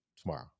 tomorrow